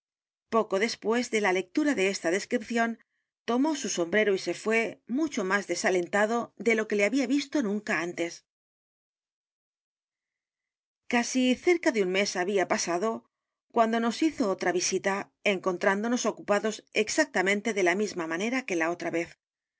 poco después de la lectura de esta descripción tomó su sombrero y se fué mucho más desalentado de lo que le había visto nunca antes casi cerca de un mes había pasado cuando nos hizo otra visita encontrándonos ocupados exactamente de la misma manera que la otra vez